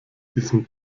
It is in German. diesem